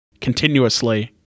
continuously